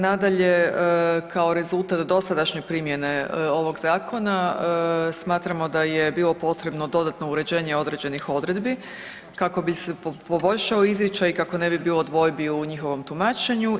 Nadalje, kao rezultat dosadašnje primjene ovog zakona smatramo da je bilo potrebno dodatno uređenje određenih odredbi kako bi se poboljšao izričaj i kako ne bi bilo dvojbi u njihovom tumačenju.